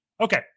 okay